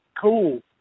cool